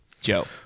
Joe